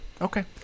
Okay